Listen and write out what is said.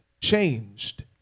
changed